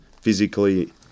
physically